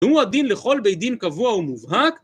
והוא הדין לכל בית דין קבוע ומובהק